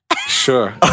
Sure